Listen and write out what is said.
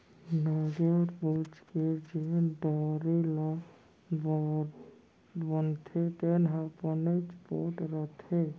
नरियर बूच के जेन डोरी बनथे तेन ह बनेच पोठ रथे